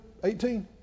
18